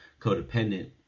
codependent